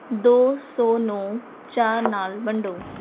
ਦੋ ਸੌ ਨੂੰ ਚਾਰ ਨਾਲ ਵੰਡੋ